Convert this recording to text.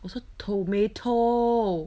我说 tomato